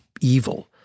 evil